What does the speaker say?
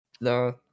No